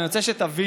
אבל אני רוצה שתבינו